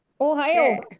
ohio